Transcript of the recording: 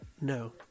no